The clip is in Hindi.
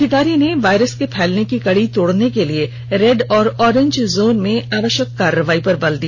अधिकारी ने वायरस के फैलने की कड़ी तोड़ने के लिए रेड और ओरेंज जोन में आवश्यक कार्रवाई पर बल दिया